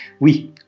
Oui